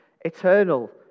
eternal